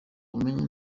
umenye